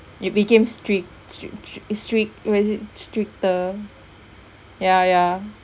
it became strict st~ st~ strict what is it stricter ya ya